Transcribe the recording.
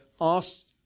ask